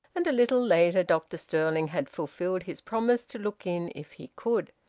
and a little later dr stirling had fulfilled his promise to look in if he could.